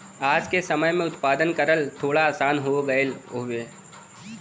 आज के समय में उत्पादन करल थोड़ा आसान हो गयल हउवे